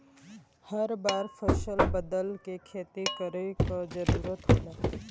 हर बार फसल बदल के खेती करे क जरुरत होला